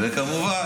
וכמובן,